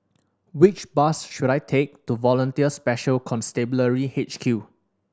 which bus should I take to Volunteer Special Constabulary H Q